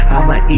I'ma